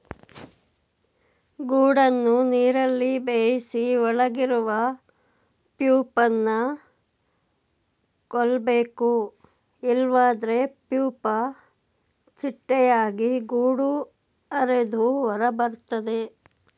ಗೂಡನ್ನು ನೀರಲ್ಲಿ ಬೇಯಿಸಿ ಒಳಗಿರುವ ಪ್ಯೂಪನ ಕೊಲ್ಬೇಕು ಇಲ್ವಾದ್ರೆ ಪ್ಯೂಪ ಚಿಟ್ಟೆಯಾಗಿ ಗೂಡು ಹರಿದು ಹೊರಬರ್ತದೆ